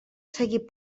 seguir